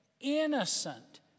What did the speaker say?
Innocent